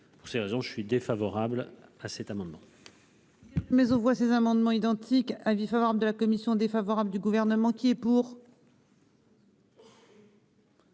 Pour ces raisons, je suis défavorable à ces amendements